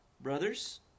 Brothers